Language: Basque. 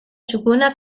txukuna